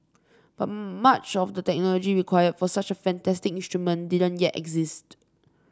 but much of the technology required for such a fantastic instrument didn't yet exist